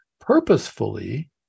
purposefully